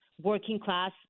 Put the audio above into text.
working-class